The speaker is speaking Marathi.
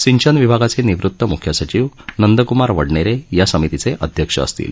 सिंचन विभागाचे निवृत मुख्य सचिव नंदक्मार वडनेरे या समितीचे अध्यक्ष असतील